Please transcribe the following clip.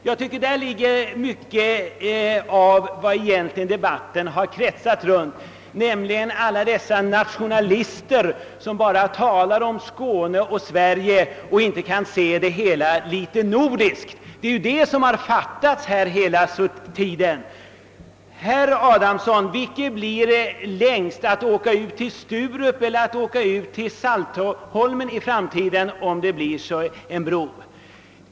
I detta yttrande ligger mycket av vad debatten egentligen har kretsat runt. En mängd nationalister har bara talat om Skåne och Sverige och har inte kunnat se frågan nordiskt; det är detta som hela tiden har fattats. Vilket blir längst, herr Adamsson, att åka ut till Sturup eller att åka till Saltholm, om det nu i framtiden blir en bro?